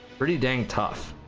pretty dang tough!